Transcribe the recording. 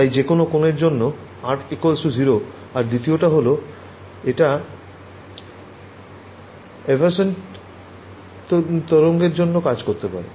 তাই যেকোনো কোণের জন্য R 0 আর দ্বিতীয় টা হল এটা এভান্সেন্ত তরঙ্গের জন্য কাজ করতে পারে